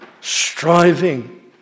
striving